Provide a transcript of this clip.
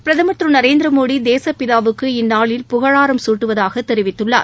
பிரதமர் திரு நரேந்திர மோடி தேசப்பிதாவுக்கு இந்நாளில் புகழாரம் சூட்டுவதாக தெரிவித்குள்ளார்